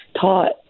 taught